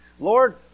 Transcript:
Lord